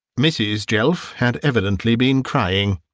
mrs. jelf had evidently been crying.